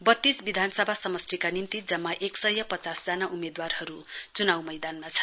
बत्तीस विधानसभा समष्टिका निम्ति जम्मा एक सय पचास जना उम्मेद्वारहरू चुनाउ मैदानमा छन्